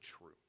true